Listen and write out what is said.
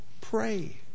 pray